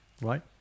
right